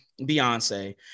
Beyonce